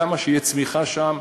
כמה שתהיה צמיחה שם,